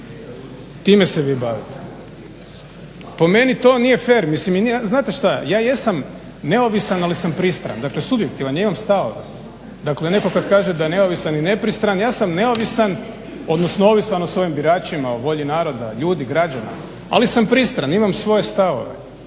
time se vi bavite. Po meni to nije fer. Znate ja jesam neovisan ali sam pristran, dakle subjektivan. Ja imam stavove. Dakle netko kad kaže da je neovisan i nepristran ja sam neovisan odnosno ovisan o svojim biračima, o volji naroda, ljudi, građana ali sam pristran, imam svoje stavove